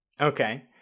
okay